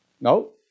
No